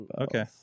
okay